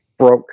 broke